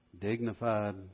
dignified